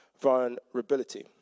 vulnerability